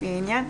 לפי העניין,